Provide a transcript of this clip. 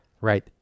Right